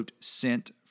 sent